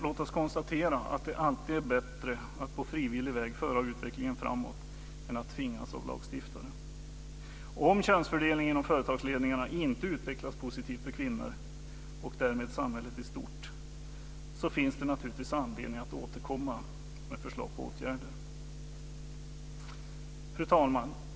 Låt oss konstatera att det alltid är bättre att på frivillig väg föra utvecklingen framåt än att tvingas av lagstiftare. Om könsfördelningen inom företagsledningarna inte utvecklas positivt för kvinnor och därmed för samhället i stort så finns det naturligtvis anledning att återkomma med förslag på åtgärder. Fru talman!